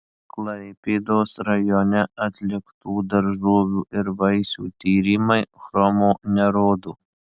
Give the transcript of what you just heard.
klaipėdos rajone atliktų daržovių ir vaisių tyrimai chromo nerodo